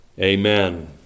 Amen